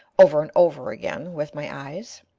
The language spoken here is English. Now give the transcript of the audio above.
over and over again, with my eyes.